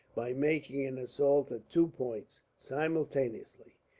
by making an assault at two points, simultaneously.